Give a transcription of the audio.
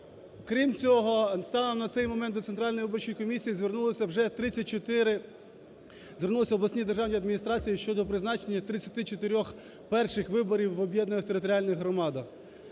Крім цього станом на цей момент до Центральної виборчої комісії звернулося вже 34… звернулися обласні державні адміністрації щодо призначення 34 перших виборів в об'єднаних територіальних громадах.